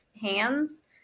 hands